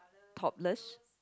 topless